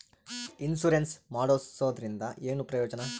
Insurance ಮಾಡ್ಸೋದರಿಂದ ಏನು ಪ್ರಯೋಜನ?